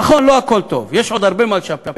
נכון, לא הכול טוב, יש עוד הרבה מה לשפר.